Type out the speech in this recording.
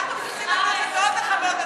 אנחנו מתייחסים לכנסת מאוד בכבוד,